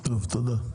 תודה.